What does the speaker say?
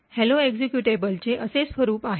hello एक्झिक्युटेबलचे असे स्वरुप आहे